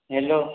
hello